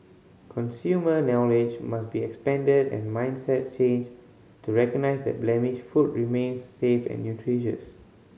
consumer knowledge must be expanded and mindsets changed to recognise that blemished food remains safe and nutritious